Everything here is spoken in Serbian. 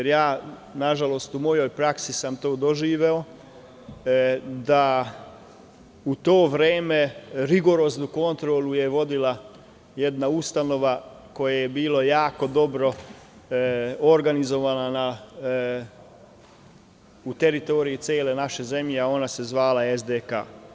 U svojoj sam praksi to doživeo, da je u to vreme rigoroznu kontrolu vodila jedna ustanova, koja je bila jako dobro organizovana na teritoriji cele naše zemlje, a ona se zvala SDK.